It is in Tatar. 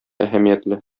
әһәмиятле